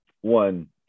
One